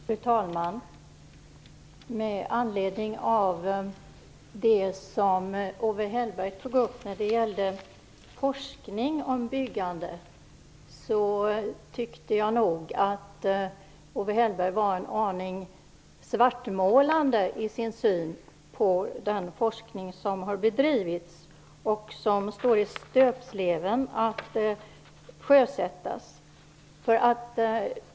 Fru talman! Med anledning av det som Owe Hellberg tog upp när det gällde forskning om byggandet tycker jag nog att Owe Hellberg var en aning svartmålande i sin syn på den forskning som har bedrivits och som ligger i stöpsleven för att sedan sjösättas.